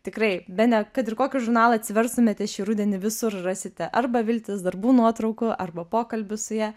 tikrai bene kad ir kokį žurnalą atsiverstumėte šį rudenį visur rasite arba viltės darbų nuotraukų arba pokalbių su ja